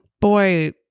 boy